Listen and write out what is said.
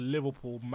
Liverpool